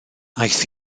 aeth